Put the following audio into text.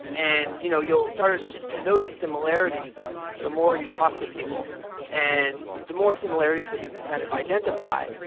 and you know you'll start to notice similarities the more you talk to people and the more similarities that you can kind of identify,